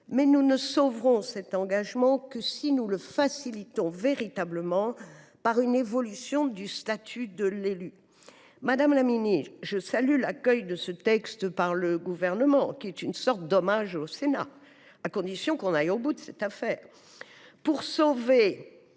Nous ne sauverons cet engagement que si nous le facilitons véritablement par une évolution du statut de l’élu. Madame la ministre, je salue l’accueil de ce texte par le Gouvernement, qui est une sorte d’hommage au Sénat – à condition qu’on aille au bout de cette affaire. Pour sauver